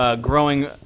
growing